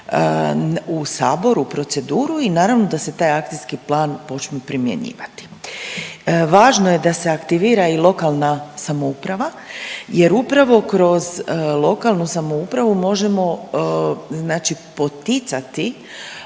u sabor u proceduru i naravno da se taj akcijski plan počne primjenjivati. Važno je da se aktivira i lokalna samouprava jer upravo kroz lokalnu samoupravu možemo znači